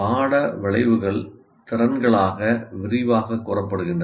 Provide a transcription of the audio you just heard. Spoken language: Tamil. பாட விளைவுகள் திறன்களாக விரிவாகக் கூறப்படுகின்றன